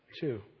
two